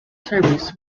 service